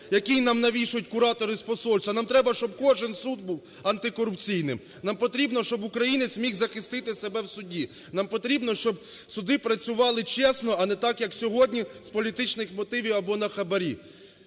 який нам навішують куратори з посольств, а нам треба, щоб кожен суд був антикорупційним. Нам потрібно, щоб українець міг захистите себе в суді. Нам потрібно, щоб суди працювали чесно, а не так, як сьогодні з політичних мотивів або на хабарі.